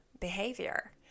behavior